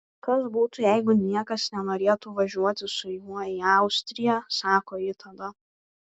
kas būtų jeigu niekas nenorėtų važiuoti su juo į austriją sako ji tada